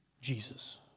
Jesus